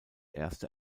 erste